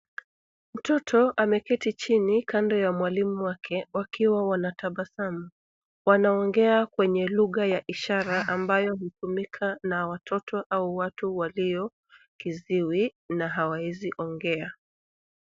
Mtoto ameketi chini, kando ya mwalimu wake, wakiwa wanatabasamu. Wanaongea kwenye lugha ya ishara ambayo hutumika na watoto au watu walio kiziwi na hawaezi ongea.